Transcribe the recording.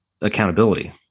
accountability